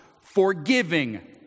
forgiving